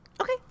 Okay